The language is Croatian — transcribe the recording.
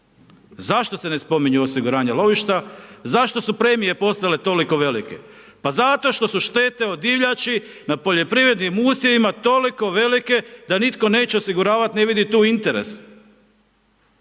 Zašto se ne spominju osiguranja lovišta? Zašto su premije postale toliko velike? Pa zato što su štete od divljači na poljoprivrednim usjevima toliko velike da nitko neće osiguravati, ni vidjet tu interes.